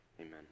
Amen